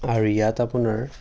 আৰু ইয়াত আপোনাৰ